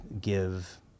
give